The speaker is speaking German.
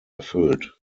erfüllt